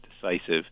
decisive